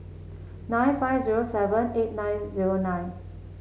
nine five zero seven eight nine zero nine